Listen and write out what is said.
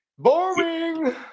Boring